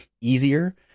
easier